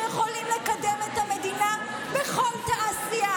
שיכולים לקדם את המדינה בכל תעשייה,